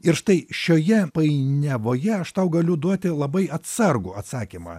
ir štai šioje painiavoje aš tau galiu duoti labai atsargų atsakymą